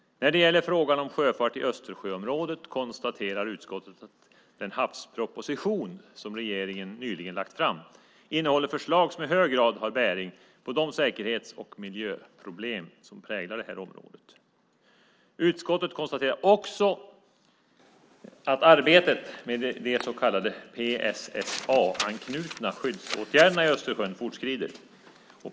När det gäller frågan om sjöfart i Östersjöområdet konstaterar utskottet att den havsproposition som regeringen nyligen lagt fram innehåller förslag som i hög grad har bäring på de säkerhets och miljöproblem som präglar detta område. Utskottet konstaterar också att arbetet med de så kallade PSSA-anknutna skyddsåtgärderna i Östersjön fortskrider.